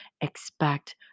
Expect